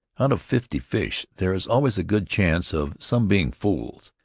out of fifty fish there is always a good chance of some being fools,